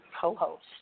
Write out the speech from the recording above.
co-host